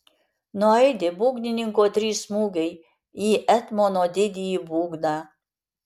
nuaidi būgnininko trys smūgiai į etmono didįjį būgną